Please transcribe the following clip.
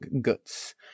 guts